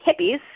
hippies